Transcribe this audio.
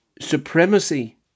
Supremacy